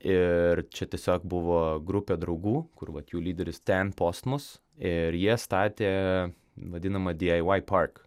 ir čia tiesiog buvo grupė draugų kur vat jų lyderis tean postmus ir jie statė vadinamą di ai vai park